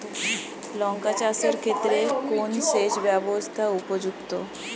লঙ্কা চাষের ক্ষেত্রে কোন সেচব্যবস্থা উপযুক্ত?